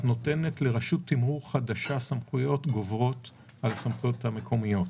את נותנת לרשות תימרור חדשה סמכויות שגוברות על הסמכויות המקומיות.